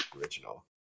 Original